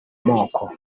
moko